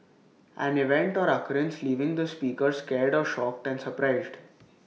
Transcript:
an event or occurrence leaving the speaker scared or shocked and surprised